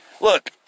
Look